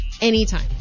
anytime